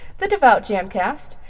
TheDevoutJamcast